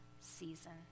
season